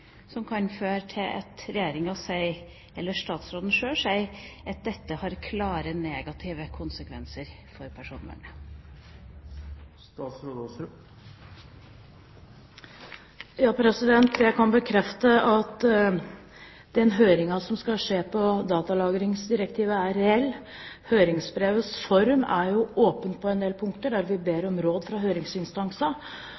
som kan føre til at Regjeringa sier – eller statsråden sjøl sier – at dette har klare negative konsekvenser for personvernet? Jeg kan bekrefte at den høringen som skal skje på datalagringsdirektivet, er reell. Høringsbrevets form er jo åpen på en del punkter, der vi